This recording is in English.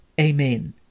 Amen